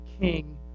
king